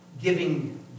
giving